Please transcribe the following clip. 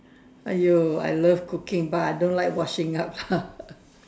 !aiyo! I love cooking but I don't like washing up